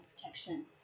protection